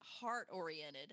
heart-oriented